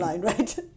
Right